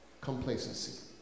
Complacency